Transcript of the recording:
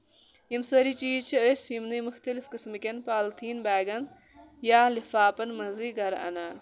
یِم سٲری چیٖز چھِ أسۍ یِمنے مُختٔلِف قٔسمہٕ کٮ۪ن پالیٖتھیٖن بیگن یا لِفافن منٛزٕے گرٕ اَنان